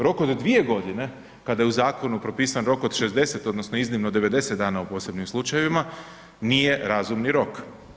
Rok od 2.g. kada je u zakonu propisan rok od 60 odnosno iznimno 90 dana u posebnim slučajevima, nije razumni rok.